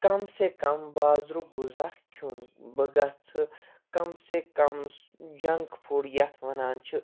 کَم سے کَم بازرُک غُذا کھیٚون بہٕ گژھہٕ کَم سے کَم جَنٛک فوڈ یَتھ وَنان چھِ